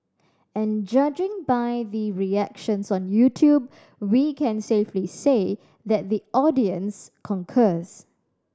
and judging by the reactions on YouTube we can safely say that the audience concurs